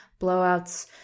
Blowouts